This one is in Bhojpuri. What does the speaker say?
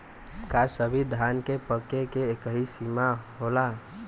का सभी धान के पके के एकही समय सीमा होला?